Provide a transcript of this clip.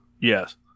Yes